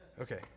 Okay